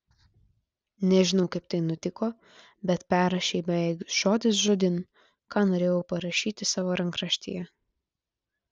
nežinau kaip tai nutiko bet perrašei beveik žodis žodin ką norėjau parašyti savo rankraštyje